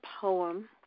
poem